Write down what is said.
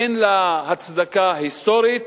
אין לה הצדקה היסטורית.